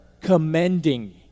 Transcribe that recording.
commending